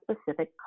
specific